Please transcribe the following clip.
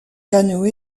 canoë